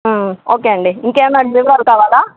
okay అండి ఇంకేమన్నా వివరాలు కావాలా